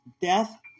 death